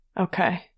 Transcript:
Okay